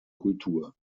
kultur